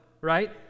right